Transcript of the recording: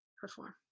perform